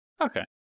Okay